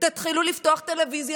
תתחילו לפתוח טלוויזיה,